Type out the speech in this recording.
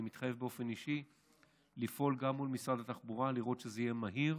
אני מתחייב באופן אישי לפעול גם מול משרד התחבורה לראות שזה יהיה מהיר,